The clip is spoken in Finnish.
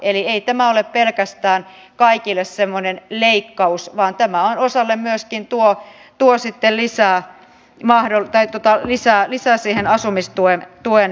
eli ei tämä ole pelkästään kaikille semmoinen leikkaus vaan tämä osalle myöskin tuo sitten lisää siihen asumistuen määrään